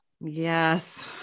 Yes